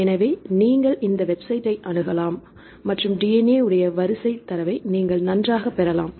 எனவே நீங்கள் இந்த வெப்சைட்டை அணுகலாம் மற்றும் DNA உடைய வரிசை தரவை நீங்கள் நன்றாகப் பெறலாம்